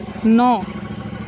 ন